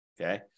okay